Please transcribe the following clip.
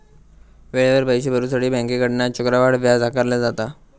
वेळेवर पैशे भरुसाठी बँकेकडना चक्रवाढ व्याज आकारला जाता